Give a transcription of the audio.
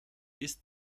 ist